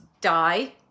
die